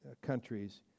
countries